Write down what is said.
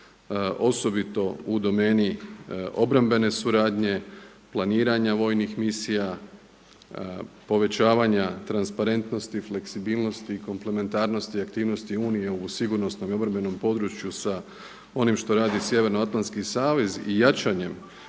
osobito u domeni obrambene suradnje, planiranja vojnih misija, povećavanja transparentnosti, fleksibilnosti, komplementarnosti i aktivnosti Unije u sigurnosnom i obrambenom području sa onim što radi Sjevernoatlanski savez i jačanjem